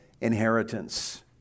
inheritance